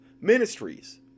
ministries